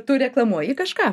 tu reklamuoji kažką